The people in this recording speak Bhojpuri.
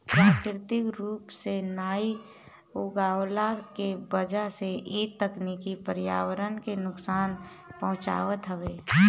प्राकृतिक रूप से नाइ उगवला के वजह से इ तकनीकी पर्यावरण के नुकसान पहुँचावत हवे